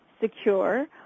secure